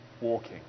walking